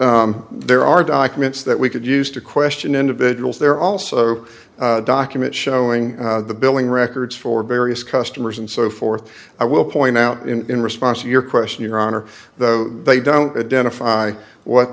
the there are documents that we could use to question individuals there are also documents showing the billing records for various customers and so forth i will point out in response to your question your honor that they don't identify what